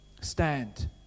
Stand